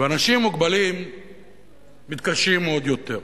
ואנשים מוגבלים מתקשים עוד יותר.